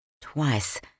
Twice